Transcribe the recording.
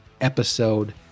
episode